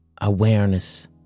awareness